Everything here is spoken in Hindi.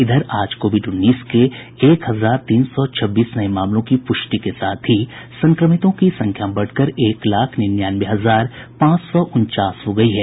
इधर आज कोविड उन्नीस के एक हजार तीन सौ छब्बीस नये मामलों की प्रष्टि के साथ ही संक्रमितों की संख्या बढ़कर एक लाख निन्यानवे हजार पांच सौ उनचास हो गयी है